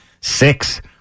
six